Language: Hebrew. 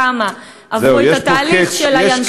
כמה עברו את התהליך של ה"ינשופון" ואז,